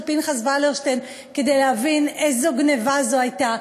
פנחס ולרשטיין כדי להבין איזו גנבה זו הייתה,